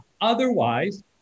Otherwise